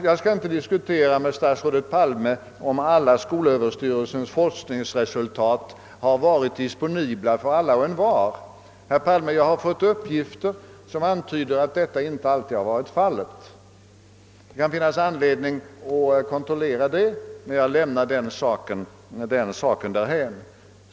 Jag skall inte diskutera med statsrådet Palme, om alla skolöverstyrelsens forskningsresultat har varit effektivt disponibla för utnyttjande på lika villkor av alla och envar. Jag har fått uppgifter som antyder att detta i regel men inte alltid varit fallet. Det kan finnas anledning att kontrollera det, men jag lämnar den saken därhän.